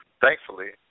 thankfully